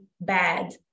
bad